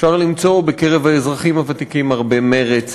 אפשר למצוא בקרב האזרחים הוותיקים הרבה מרץ,